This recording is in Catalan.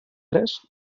tres